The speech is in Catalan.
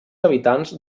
habitants